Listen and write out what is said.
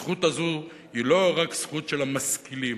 הזכות הזו היא לא רק זכות של המשכילים.